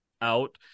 out